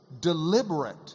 deliberate